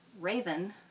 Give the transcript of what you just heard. Raven